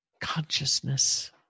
consciousness